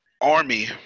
army